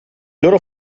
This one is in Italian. loro